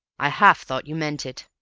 i half thought you meant it,